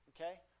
okay